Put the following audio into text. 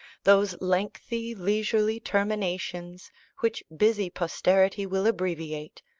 those lengthy leisurely terminations which busy posterity will abbreviate,